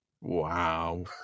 Wow